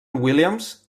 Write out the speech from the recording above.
williams